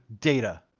data